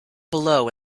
below